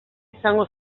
izango